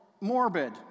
morbid